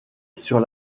sur